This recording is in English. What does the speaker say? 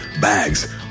bags